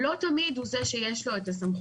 לא תמיד הוא זה שיש לו את הסמכויות,